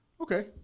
Okay